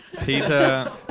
Peter